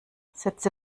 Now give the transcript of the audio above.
setze